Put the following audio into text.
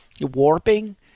warping